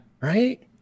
Right